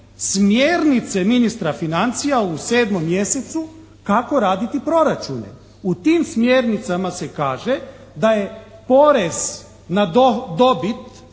smjernice ministra financija u sedmom mjesecu kako raditi proračune. U tim smjernicama se kaže da je porez na dobit,